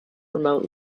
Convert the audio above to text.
remote